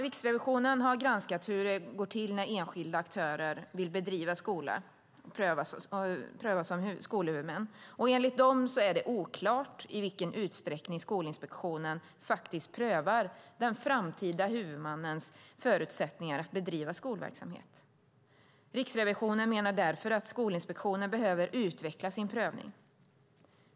Riksrevisionen har granskat hur det går till när enskilda aktörer som vill bedriva skola prövas som skolhuvudmän, och enligt dem är det oklart i vilken utsträckning Skolinspektionen faktiskt prövar den framtida huvudmannens förutsättningar att bedriva skolverksamhet. Riksrevisionen menar därför att Skolinspektionen behöver utveckla sin prövning.